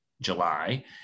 july